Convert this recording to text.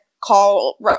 call